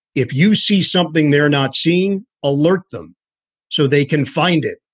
if you see something they're not seeing, alert them so they can find it.